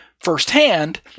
firsthand